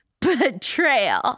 betrayal